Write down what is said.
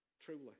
Truly